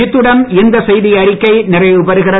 இத்துடன் இந்த செய்திஅறிக்கை நிறைவுபெறுகிறது